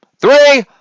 Three